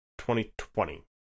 2020